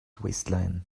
waistline